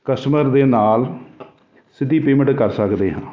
customer ਦੇ ਨਾਲ ਸਿੱਧੀ ਪੇਮੈਂਟ ਕਰ ਸਕਦੇ ਹਾਂ